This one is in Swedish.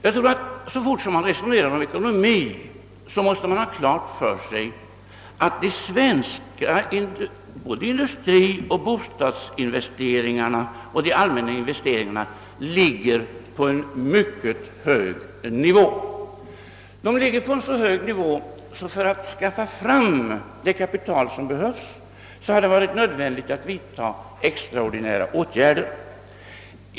Så snart man resonerar om ekonomi, måste man ha klart för sig, att de svenska industrioch bostadsinvesteringarna samt de allmänna investeringarna ligger på en mycket hög nivå en så hög nivå att det för att skaffa fram det kapital som behövs har varit nödvändigt att vidtaga extraordinära åtgärder.